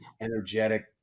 energetic